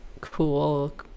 cool